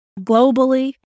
globally